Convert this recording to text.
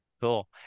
cool